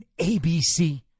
ABC